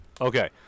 Okay